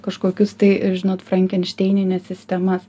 kažkokius tai žinot frankenšteinines sistemas